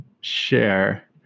share